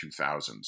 2000s